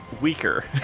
weaker